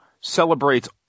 celebrates